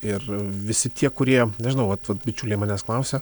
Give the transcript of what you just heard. ir visi tie kurie nežinau vat vat bičiuliai manęs klausia